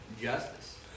justice